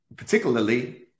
Particularly